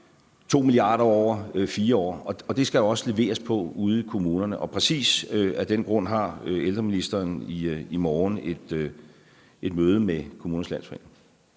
2 mia. kr. over 4 år. Og det skal der også leveres på ude i kommunerne. Præcis af den grund har ældreministeren i morgen et møde med Kommunernes Landsforening.